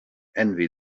envy